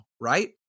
right